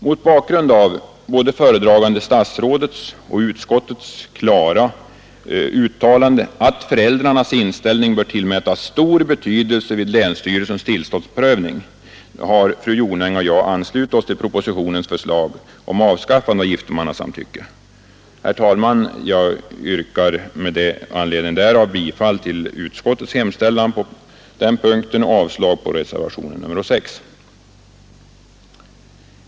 Mot bakgrund av både föredragande statsrådets och utskottets klara uttalanden, att föräldrarnas inställning bör tillmätas stor betydelse vid länsstyrelsens tillståndsprövning, har fru Jonäng och jag anslutit oss till propositionens förslag om avskaffande av giftomannasamtycke. Jag yrkar, herr talman, med anledning härav bifall till utskottets hemställan på denna punkt och avslag på reservationen 6.